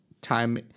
time